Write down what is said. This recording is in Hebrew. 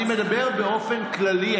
אני מדבר באופן כללי.